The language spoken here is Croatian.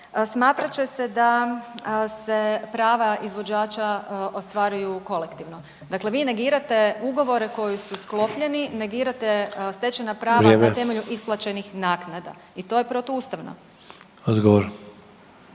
smatrat će se da se prava izvođača ostvaruju kolektivno. Dakle, vi negirate ugovore koji su sklopljeni, negirate stečena prava …/Upadica: Vrijeme./… na temelju isplaćenih naknada i to je protuustavno.